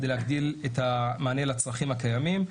כדי להגדיל את המענה לצרכים הקיימים.